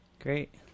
Great